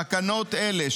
תקנות אלה,